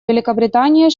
великобритания